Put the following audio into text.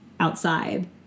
outside